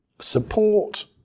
support